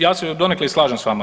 Ja se donekle i slažem sa vama.